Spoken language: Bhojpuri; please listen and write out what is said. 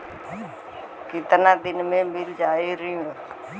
कितना दिन में मील जाई ऋण?